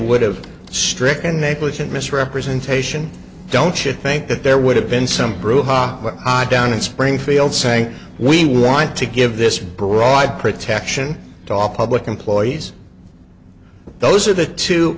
would have stricken negligent misrepresentation don't you think that there would have been some brouhaha what i down in springfield saying we want to give this broad protection to all public employees those are the two